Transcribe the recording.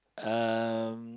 um